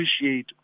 appreciate